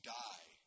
die